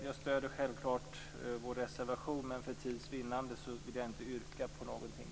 Jag stöder självklart vår reservation, men för tids vinnande vill jag inte yrka på någonting.